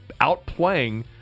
outplaying